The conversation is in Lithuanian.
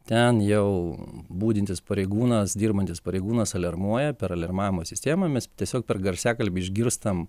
ten jau budintis pareigūnas dirbantis pareigūnas aliarmuoja per aliarmavimo sistemą mes tiesiog per garsiakalbį išgirstam